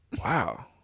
Wow